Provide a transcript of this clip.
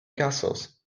castles